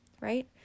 right